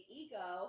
ego